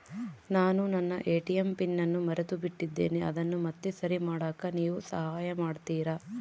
ನಾನು ನನ್ನ ATM pin ಅನ್ನು ಮರೆತುಬಿಟ್ಟೇನಿ ಅದನ್ನು ಮತ್ತೆ ಸರಿ ಮಾಡಾಕ ನೇವು ಸಹಾಯ ಮಾಡ್ತಿರಾ?